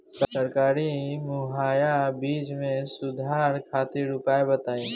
सरकारी मुहैया बीज में सुधार खातिर उपाय बताई?